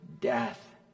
death